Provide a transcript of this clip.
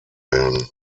werden